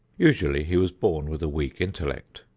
usually he was born with a weak intellect,